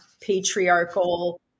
patriarchal